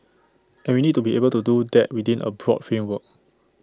and we need to be able to do that within A pro framework